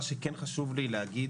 מה שכן חשוב לי להגיד,